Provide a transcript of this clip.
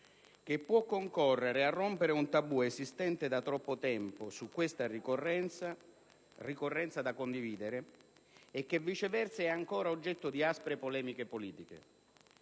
che può concorrere a rompere un tabù esistente da troppo tempo su questa ricorrenza, ricorrenza da condividere, che viceversa è ancora oggetto di aspre polemiche politiche.